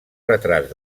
retrats